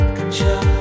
control